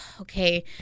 okay